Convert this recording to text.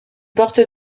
porte